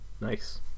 Nice